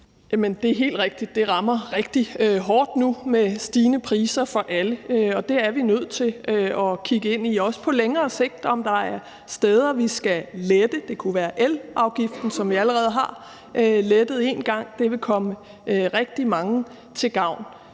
Det er helt rigtigt, at det nu rammer rigtig hårdt med stigende priser for alle, og der er vi nødt til at kigge ind i, også på længere sigt, om der er steder, vi skal lette det. Det kunne være elafgiften, som vi allerede har lettet en gang, og det vil komme rigtig mange til gavn.